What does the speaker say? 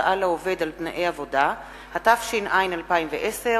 התש”ע 2010,